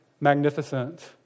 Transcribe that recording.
magnificent